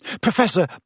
Professor